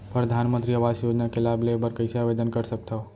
परधानमंतरी आवास योजना के लाभ ले बर कइसे आवेदन कर सकथव?